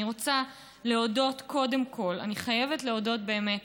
אני רוצה להודות, קודם כול, אני חייבת להודות באמת